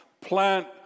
Plant